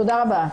תודה רבה.